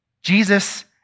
Jesus